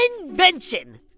invention